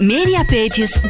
Mediapages